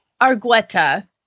Argueta